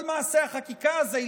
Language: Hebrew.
כל מעשה החקיקה הזה,